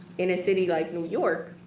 in a city like new york,